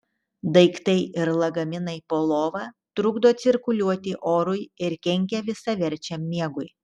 daiktai ir lagaminai po lova trukdo cirkuliuoti orui ir kenkia visaverčiam miegui